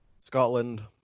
Scotland